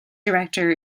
director